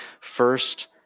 first